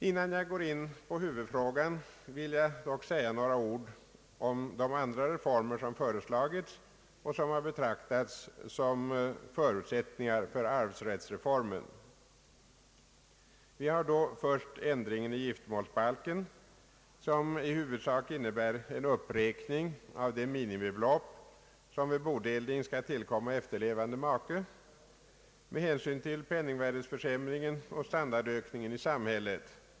Innan jag går in på huvudfrågan vill jag dock säga några ord om de andra reformer som föreslagits och som har betraktats som förutsättningar för arvsrättsreformen. Vi har först ändringen i giftermålsbalken, som i huvudsak innebär en uppräkning av det minimibelopp som vid bodelning skall tillkomma efterlevande make med hänsyn till penningvärdeförsämringen och standardökningen i samhället.